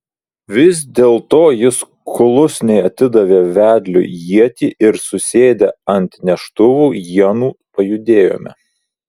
vis dėlto jis klusniai atidavė vedliui ietį ir susėdę ant neštuvų ienų pajudėjome